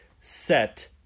set